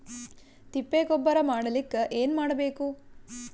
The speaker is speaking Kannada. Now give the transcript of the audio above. ತಿಪ್ಪೆ ಗೊಬ್ಬರ ಮಾಡಲಿಕ ಏನ್ ಮಾಡಬೇಕು?